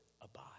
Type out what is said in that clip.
abide